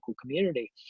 community